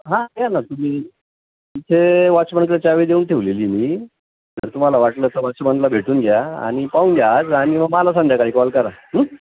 हां या ना तुम्ही तुमचे वॉचमनच्याकडे चावी देऊन ठेवलेली आहे मी तर तुम्हाला वाटलं वॉचमनला भेटून घ्या आणि पाहून घ्या आज आणि मग मला संध्याकाळी कॉल करा